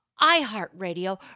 iHeartRadio